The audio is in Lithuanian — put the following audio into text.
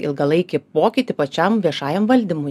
ilgalaikį pokytį pačiam viešajam valdymui